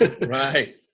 right